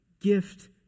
gift